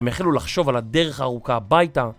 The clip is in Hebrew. הם החלו לחשוב על הדרך הארוכה הביתה